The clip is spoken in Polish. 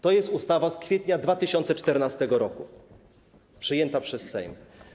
To jest ustawa z kwietnia 2014 r., przyjęta przez Sejm.